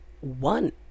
one